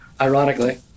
ironically